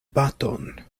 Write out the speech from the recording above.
baton